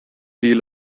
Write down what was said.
deal